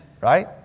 Right